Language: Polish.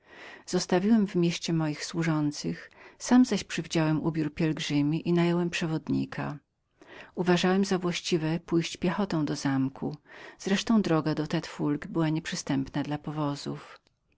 zostawiłem w mieście moich służących sam zaś przywdziałem ubiór pielgrzyma i nająłem przewodnika powinienem był pójść piechotą wreszcie droga do tte foulque była nieprzystępną